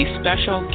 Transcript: special